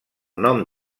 nom